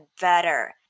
better